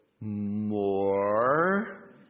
more